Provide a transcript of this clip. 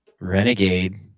renegade